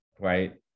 right